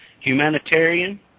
humanitarian